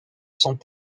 sont